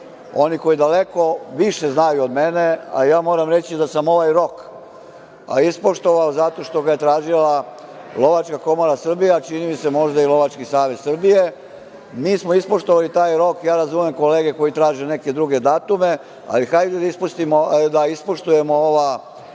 oni koji daleko više znaju od mene, a ja moram reći da sam ovaj rok ispoštovao, zato što ga je tražila Lovačka komora Srbije, a čini mi se možda i Lovački savez Srbije. Mi smo ispoštovali taj rok. Razumem kolege koji traže neke druge datume, ali hajde da ispoštujemo ova